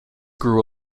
grew